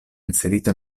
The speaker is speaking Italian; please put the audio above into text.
inserito